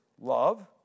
love